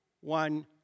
one